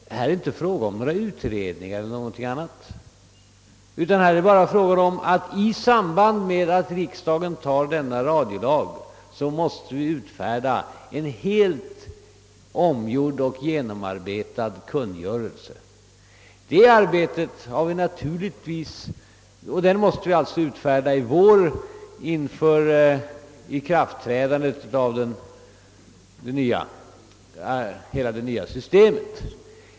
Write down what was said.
Här är det inte fråga om några utredningar eller någonting annat, men i samband med att riksdagen fattar beslut om denna radiolag måste det utfärdas en helt om gjord och genomarbetad kungörelse, och det måste ske i vår före ikraftträdandet av hela det nya systemet.